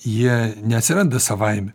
jie neatsiranda savaime